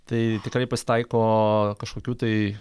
tai tikrai pasitaiko kažkokių tai